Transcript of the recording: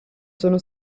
sono